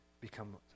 become